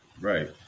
right